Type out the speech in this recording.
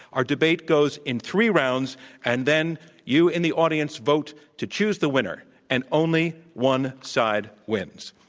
our debate goes in three rounds and then you in the audience vote to choose the winner and only one side wins.